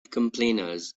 complainers